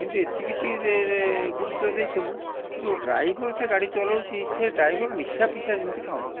କିନ୍ତୁ ଏତିକି ଟିକେ ଗୁରୁତ୍ୱ ଦେଇଥିବୁ ଯେଉଁ ଡ୍ରାଇଭର୍ ସେ ଗାଡ଼ି ଚଲାଉଛି ସେ ଡ୍ରାଇଭର୍ ନିଶା ଫିଶା ଯେମିତି ଖାଉ ନଥିବ